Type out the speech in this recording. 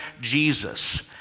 Jesus